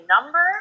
number